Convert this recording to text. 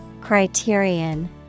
Criterion